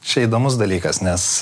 čia įdomus dalykas nes